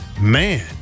Man